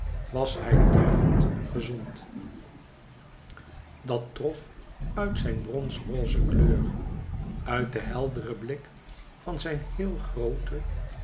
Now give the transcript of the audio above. was hij treffend gezond dat trof uit zijn bronsroze kleur uit den helderen blik van zijn heel groote